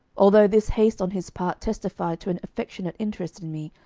although this haste on his part testified to an affectionate interest in me,